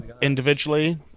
individually